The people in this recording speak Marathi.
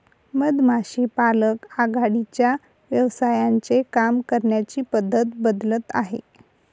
मधमाशी पालक आघाडीच्या व्यवसायांचे काम करण्याची पद्धत बदलत आहे